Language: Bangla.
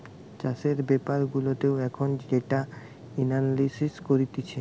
চাষের বেপার গুলাতেও এখন ডেটা এনালিসিস করতিছে